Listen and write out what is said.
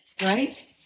right